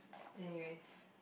anyways